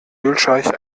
ölscheich